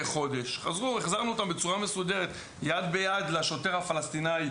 חודש אלא החזרנו אותם בצורה מסודרת יד ביד לשוטר הפלסטינאי,